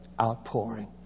outpouring